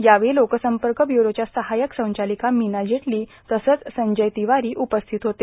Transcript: यावेळी लोकसंपर्क ब्युरोच्या सहायक संचालिका मीना जेटली तसंच संजय तिवारी उपस्थित होते